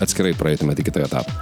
atskirai praeitumėt į kitą eta